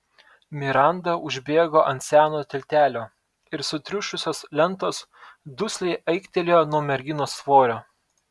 miranda užbėgo ant seno tiltelio ir sutriušusios lentos dusliai aiktelėjo nuo merginos svorio